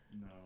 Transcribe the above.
No